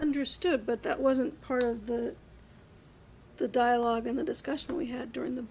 understood but that wasn't part of the dialogue and the discussion we had during the